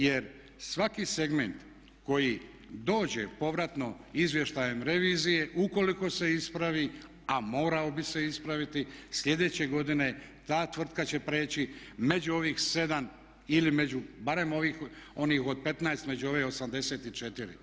Jer svaki segment koji dođe povratno izvještajem revizije, ukoliko se ispravi a morao bi se ispraviti sljedeće godine ta tvrtka će prijeći među ovih 7 ili među barem onih od 15 među ove 84.